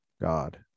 God